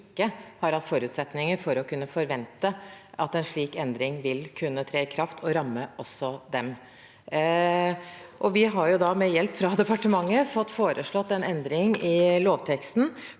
har hatt forutsetninger for å kunne forvente at en slik endring vil kunne tre i kraft og ramme også dem. Vi har da med hjelp fra departementet foreslått en endring i lovteksten